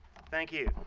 thank you.